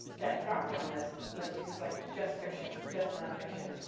that drop down list lets you select just fiction, just nonfiction,